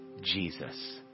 Jesus